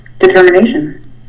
determination